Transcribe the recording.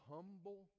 Humble